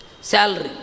Salary